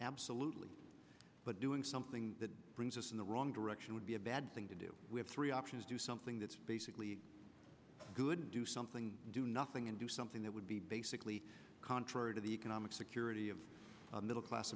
absolutely but doing something that brings us in the wrong direction would be a bad thing to do we have three options do something that's basically good and do something do nothing and do something that would be basically contrary to the economic security of the middle class